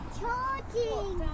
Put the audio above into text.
charging